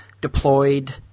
deployed